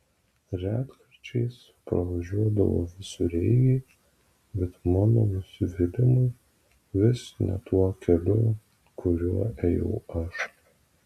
retkarčiais pravažiuodavo visureigiai bet mano nusivylimui vis ne tuo keliu kuriuo ėjau aš